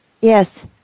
Yes